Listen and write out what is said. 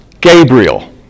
Gabriel